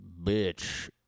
bitch